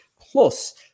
Plus